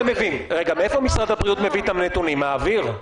מאיפה משרד הבריאות מביא את הנתונים, מהאוויר?